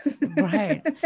right